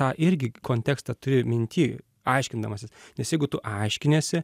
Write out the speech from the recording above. tą irgi kontekstą turi minty aiškindamasis nes jeigu tu aiškiniesi